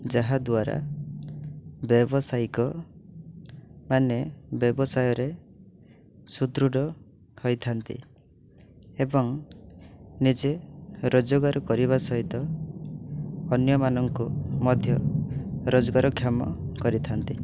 ଯାହା ଦ୍ଵାରା ବ୍ୟବସାୟୀକ ମାନେ ବ୍ୟବସାୟରେ ସୁଦୃଢ଼ ହୋଇଥାନ୍ତି ଏବଂ ନିଜେ ରୋଜଗାର କରିବା ସହିତ ଅନ୍ୟମାନଙ୍କୁ ମଧ୍ୟ ରୋଜଗାରକ୍ଷମ କରିଥାନ୍ତି